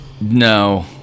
no